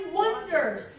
wonders